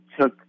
took